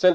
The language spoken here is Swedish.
den.